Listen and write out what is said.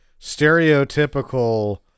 stereotypical